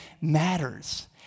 matters